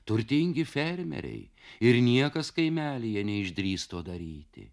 turtingi fermeriai ir niekas kaimelyje neišdrįs to daryti